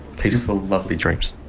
peaceful, lovely dreams.